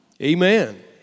Amen